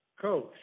Coach